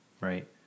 right